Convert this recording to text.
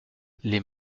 les